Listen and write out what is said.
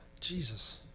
Jesus